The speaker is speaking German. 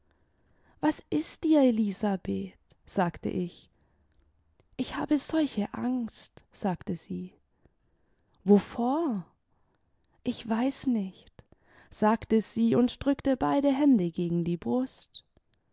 was ist dir elisabeth sagte ich ich habe solche angst sagte sie wovor ich weiß nicht sagte sie und drückte beide hände gegen die brust